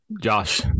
Josh